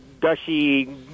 gushy